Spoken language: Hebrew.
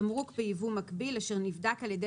"תמרוק בייבוא מקביל אשר נבדק על ידי